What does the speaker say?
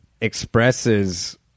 expresses